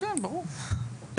כן, כן ברור.